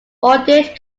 audit